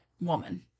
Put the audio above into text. woman